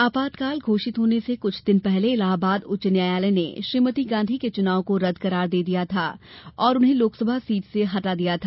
आपातकाल घोषित होने से कुछ दिन पहले इलाहाबाद उच्च न्यायालय ने श्रीमती गांधी के चुनाव को रद्द करार दे दिया था और उन्हें लोकसभा सीट से हटा दिया गया था